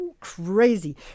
crazy